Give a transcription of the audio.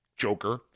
joker